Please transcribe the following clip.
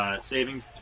saving